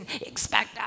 expect